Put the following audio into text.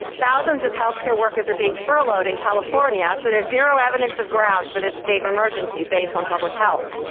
thousands of healthcare workers are being furloughed in california. so there's zero evidence of grounds for this state of emergency based on public health.